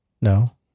No